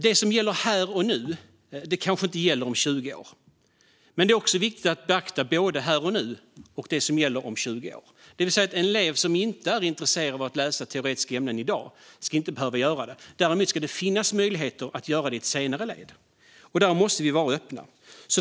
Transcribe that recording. Det som gäller här och nu gäller kanske inte om 20 år, men det är viktigt att beakta både här och nu och det som gäller om 20 år. En elev som inte är intresserad av att läsa teoretiska ämnen i dag ska inte behöva göra det, men däremot ska det finnas möjlighet att göra det i ett senare led. Där måste vi vara öppna.